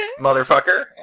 motherfucker